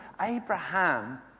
Abraham